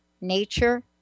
nature